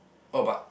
orh but